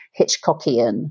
Hitchcockian